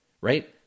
right